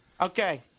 Okay